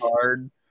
hard